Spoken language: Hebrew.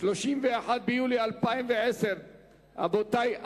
31 ביולי 2010. רבותי,